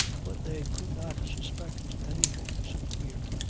but they could not suspect anything so queer.